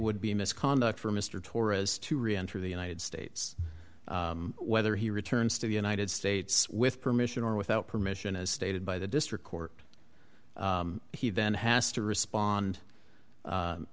would be misconduct for mr torres to reenter the united states whether he returns to the united states with permission or without permission as stated by the district court he then has to respond